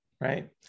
right